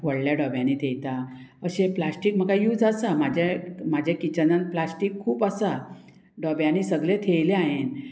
व्हडल्या डोब्यांनी थेयता अशें प्लास्टीक म्हाका यूज आसा म्हाज्या म्हाज्या किचनान प्लास्टीक खूब आसा डोब्यांनी सगळें थेयलें हांयेंन